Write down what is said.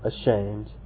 ashamed